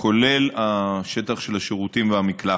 כולל השטח של השירותים והמקלחת.